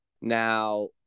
Now